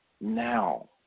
now